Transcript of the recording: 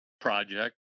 project